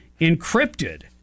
encrypted